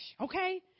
okay